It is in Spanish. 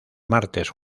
martes